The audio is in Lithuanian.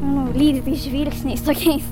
nu lydi tais žvilgsniais tokiais